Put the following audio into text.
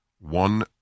One